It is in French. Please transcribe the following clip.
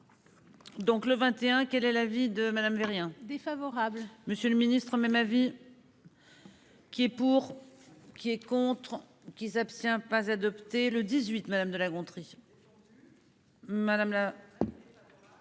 Donc le 21, quel est l'avis de Madame rien défavorable. Monsieur le Ministre même avis. Qui est pour. Qui est contre qui s'abstient pas adopté le 18. Madame de La Gontrie. Défendu.